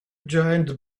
giant